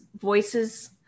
voices